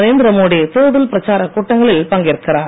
நரேந்திர மோடி தேர்தல் பிரச்சாரக் கூட்டங்களில் பங்கேற்கிறார்